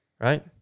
right